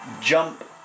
jump